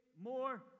More